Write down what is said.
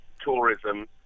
tourism